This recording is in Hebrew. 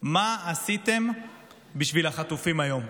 "מה עשיתם בשביל החטופים היום?"